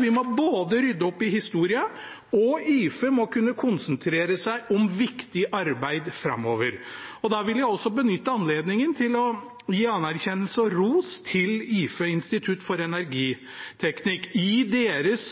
Vi må både rydde opp i historien, og IFE må kunne konsentrere seg om viktig arbeid framover. Jeg vil også benytte anledningen til å gi anerkjennelse og ros til IFE, Institutt for energiteknikk, i deres